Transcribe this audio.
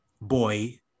boy